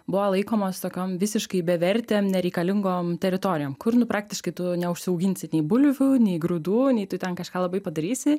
buvo laikomos tokiom visiškai bevertėm nereikalingom teritorijom kur nu praktiškai tu neužsiauginsi nei bulvių nei grūdų nei tu ten kažką labai padarysi